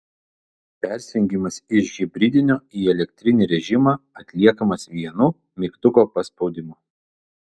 persijungimas iš hibridinio į elektrinį režimą atliekamas vienu mygtuko paspaudimu